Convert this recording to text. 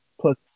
plus